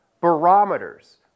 barometers